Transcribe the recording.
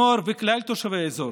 הנוער ושל כלל תושבי האזור.